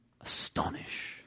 astonish